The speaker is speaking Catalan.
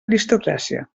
aristocràcia